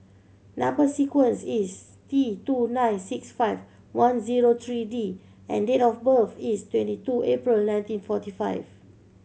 number sequence is T two nine six five one zero three D and date of birth is twenty two April nineteen forty five